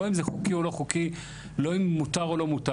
לא אם זה חוקי או לא חוקי, לא אם מותר או לא מותר.